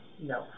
No